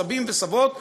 סבים וסבות,